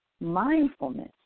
Mindfulness